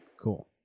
Cool